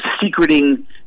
secreting